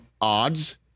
odds